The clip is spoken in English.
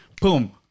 boom